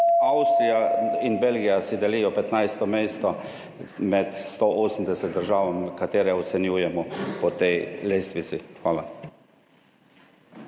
Avstrija in Belgija si delijo 15. mesto med 180 državami, katere ocenjujemo po tej lestvici. Hvala.